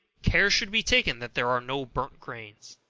care should be taken that there are no burnt grains.